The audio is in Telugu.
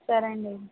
సరే అండి